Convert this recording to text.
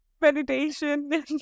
meditation